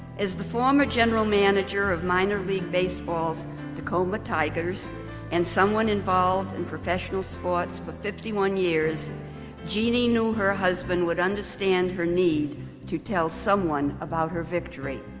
as the former general manager of minor league baseball's tacoma tigers and someone involved in professional sports for fifty one years jeanne knew her husband would understand her need to tell someone about her victory.